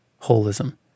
holism